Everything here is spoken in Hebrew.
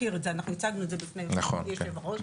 אנחנו הצגנו את זה ליושב ראש,